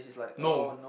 no